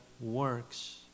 works